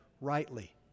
rightly